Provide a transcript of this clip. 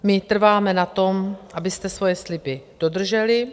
My trváme na tom, abyste svoje sliby dodrželi.